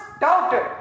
doubted